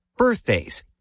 birthdays